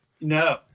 no